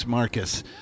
Marcus